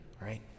right